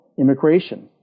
immigration